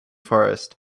forest